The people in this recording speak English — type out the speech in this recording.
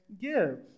give